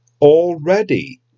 already